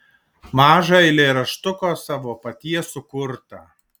mažą eilėraštuką savo paties sukurtą